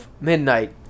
midnight